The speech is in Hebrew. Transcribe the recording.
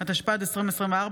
התשפ"ד 2024,